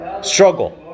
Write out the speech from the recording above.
struggle